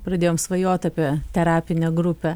pradėjom svajot apie terapinę grupę